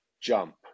jump